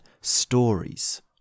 stories